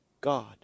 God